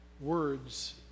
words